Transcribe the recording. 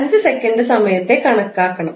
5 second സമയത്തെ current കണക്കാക്കണം